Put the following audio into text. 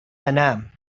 أنام